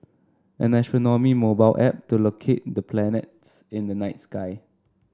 an astronomy mobile app to locate the planets in the night sky